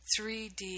3D